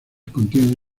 contienen